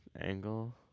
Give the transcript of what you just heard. Angle